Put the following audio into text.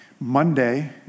Monday